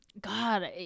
god